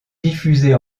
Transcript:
diffusées